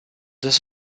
this